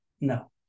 no